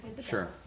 Sure